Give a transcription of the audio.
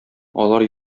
алар